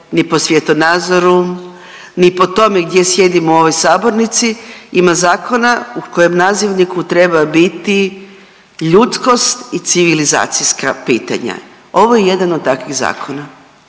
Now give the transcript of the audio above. ni po svjetonazoru, ni po tome gdje sjedimo u ovoj sabornici. Ima zakona u kojem nazivniku treba biti ljudskost i civilizacijska pitanja. Ovo je jedan od takvih zakona.